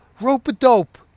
rope-a-dope